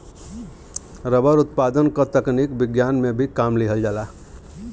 rubber उत्पादन क तकनीक विज्ञान में भी काम लिहल जाला